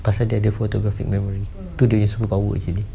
pasal dia ada photographic memory tu dia punya superpower actually